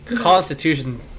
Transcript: Constitution